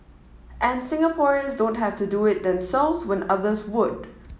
and Singaporeans don't have to do it themselves when others would